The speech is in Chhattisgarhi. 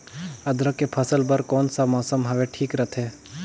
अदरक के फसल बार कोन सा मौसम हवे ठीक रथे?